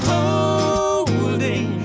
Holding